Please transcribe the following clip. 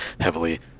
heavily